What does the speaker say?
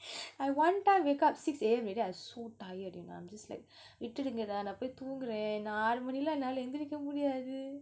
I one time wake up six A_M ready I so tired you know I'm just like விட்டுடுங்கடா நா போய் தூங்குற நா ஆறு மணியெல்லாம் என்னால எந்திரிக்க முடியாது:vittudungadaa naa poi thoongura naa aaru maniyellam ennaala enthirikka mudiyathu